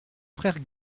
frères